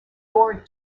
doric